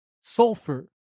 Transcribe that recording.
sulfur